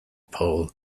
poll